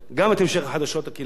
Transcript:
גם את המשך החדשות הקהילתיות,